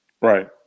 right